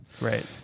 Right